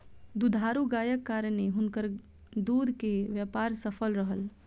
दुधारू गायक कारणेँ हुनकर दूध के व्यापार सफल रहल